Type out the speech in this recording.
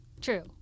True